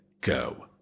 go